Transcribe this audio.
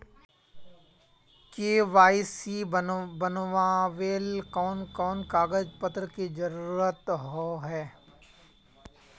KYC बनावेल कोन कोन कागज पत्र की जरूरत होय है?